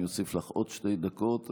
אני אוסיף לך עוד שתי דקות.